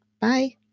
Bye